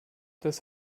das